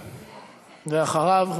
ואחריו,